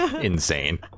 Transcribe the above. Insane